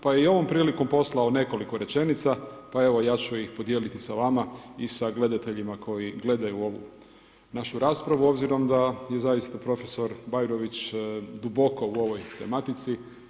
Pa je i ovom prilikom poslao nekoliko rečenica, pa evo ja ću ih podijeliti sa vama i sa gledateljima koji gledaju ovu našu raspravu obzirom da je zaista profesor Bajrović duboko u ovoj tematici.